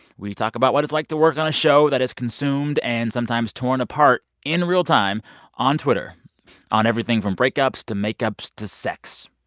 we talk about what it's like to work on a show that is consumed and sometimes torn apart in real time on twitter on everything from break-ups to make-ups to sex.